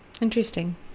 Interesting